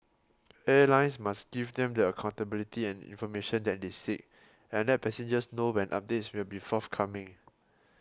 airlines must give them the accountability and information that they seek and let passengers know when updates will be forthcoming